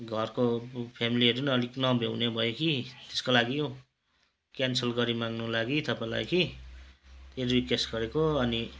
घरको फ्यामिलीहरू पनि अलिक नभ्याउने भयो कि त्यसको लागि हो क्यान्सल गरिमाग्नु लागि तपाईँलाई कि रिक्वेस्ट गरेको अनि